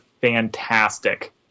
fantastic